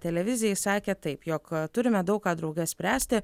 televizijai sakė taip jog turime daug ką drauge spręsti